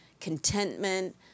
contentment